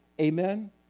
Amen